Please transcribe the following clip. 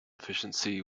efficiency